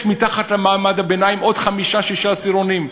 יש מתחת למעמד הביניים עוד חמישה-שישה עשירונים,